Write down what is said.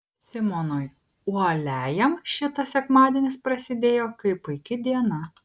simonui uoliajam šitas sekmadienis prasidėjo kaip puiki diena